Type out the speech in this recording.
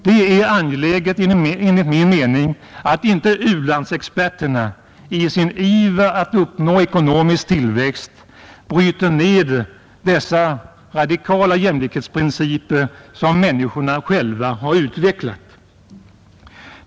Det är angeläget, enligt min mening, att inte u-landsexperter — i sin iver att uppnå ekonomisk tillväxt — bryter ned de radikala jämlikhetsprinciper som dessa människor själva har utvecklat.